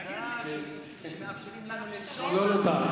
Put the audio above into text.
תודה שמאפשרים לנו לנשום כאן.